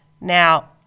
now